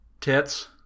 tits